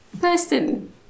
person